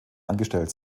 angestellt